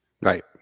Right